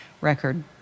record